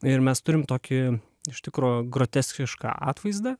ir mes turim tokį iš tikro groteskišką atvaizdą